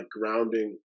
grounding